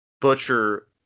butcher